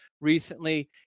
recently